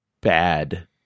bad